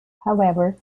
however